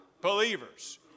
believers